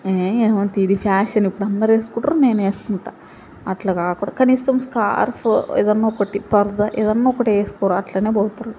ఏమంత ఇది ఫ్యాషన్ ఇప్పుడు అందరూ వేసుకుంటారు నేనూ వేసుకుంటా అట్లా కాకూడదు కనీసం స్కార్ఫో ఏదైనా ఒకటి పరదా ఏదైనా ఒకటి వేసుకోరు అట్లనే పోతారు